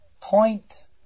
point